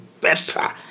better